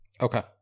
Okay